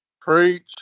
Preach